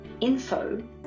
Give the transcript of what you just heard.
info